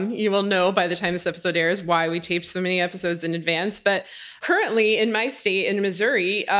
you will know by the time this episode airs why we taped so many episodes in advance, but currently in my state in missouri,